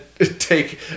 take